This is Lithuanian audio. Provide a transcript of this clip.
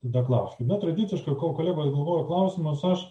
tada klauskit na tradiciškai kol kolegos galvoja klausimus aš